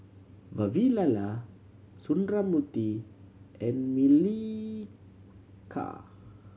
Vavilala Sundramoorthy and Milkha